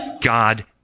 God